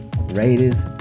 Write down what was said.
Raiders